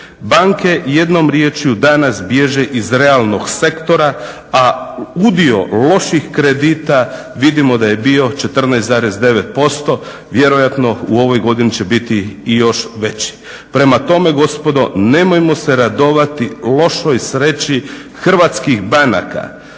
Banke jednom riječju danas bježe iz realnog sektora, a udio loših kredita vidimo da je bio 14,9%. Vjerojatno u ovoj godini će biti i još veći. Prema tome, gospodo, nemojmo se radovati lošoj sreći hrvatskih banaka